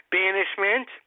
banishment